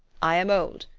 i am old.